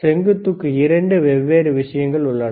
செங்குத்துக்கு 2 வெவ்வேறு விஷயங்கள் உள்ளன